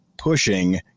pushing